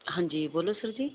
ਹਾਂਜੀ ਬੋਲੋ ਸਰ ਜੀ